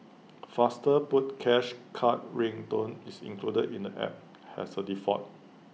faster put cash card ring tone is included in the app has A default